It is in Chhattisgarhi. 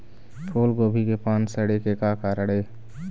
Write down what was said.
फूलगोभी के पान सड़े के का कारण ये?